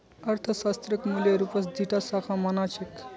अर्थशास्त्रक मूल रूपस दी टा शाखा मा न छेक